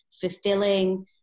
fulfilling